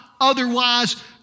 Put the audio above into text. otherwise